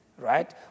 right